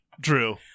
Drew